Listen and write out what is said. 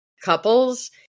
couples